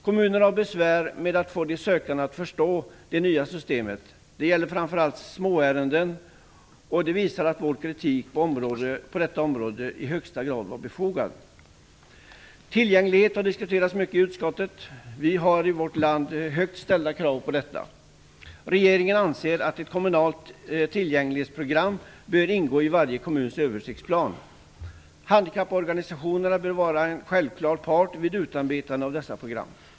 Kommunerna har besvär med att få de sökande att förstå det nya systemet. Det gäller framför allt småärenden. Det visar att vår kritik på detta område i högsta grad var befogad. Tillgänglighet har diskuterats mycket i utskottet. Vi har i vårt land högt ställda krav på detta. Regeringen anser att ett kommunalt tillgänglighetsprogram bör ingå i varje kommuns översiktsplan. Handikapporganisationerna bör vara en självklar part vid utarbetande av detta program.